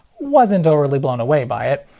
wasn't overly blown away by it.